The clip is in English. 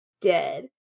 dead